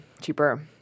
cheaper